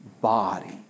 body